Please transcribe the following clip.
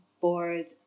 board